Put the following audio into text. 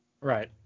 Right